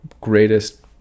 greatest